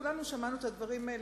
כולנו שמענו את הדברים האלה,